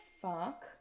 fuck